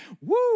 woo